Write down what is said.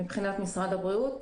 מבחינת משרד הבריאות.